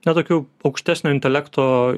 ne tokių aukštesnio intelekto